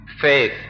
faith